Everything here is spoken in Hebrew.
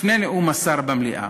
לפני נאום השר במליאה,